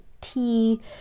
tea